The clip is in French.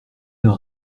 d’un